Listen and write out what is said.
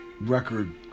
record